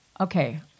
okay